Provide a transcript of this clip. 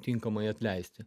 tinkamai atleisti